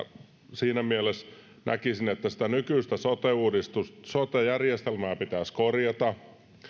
siinä mielessä näkisin että sitä nykyistä sote järjestelmää pitäisi korjata